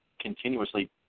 continuously